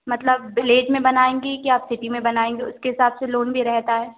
मतलब भिलेज में बनायेंगी क्या आप सिटी में बनायेंगी उसके हिसाब से लोन भी रहता है